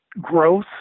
growth